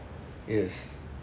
yes